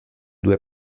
due